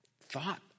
thought